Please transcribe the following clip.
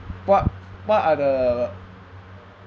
what what are the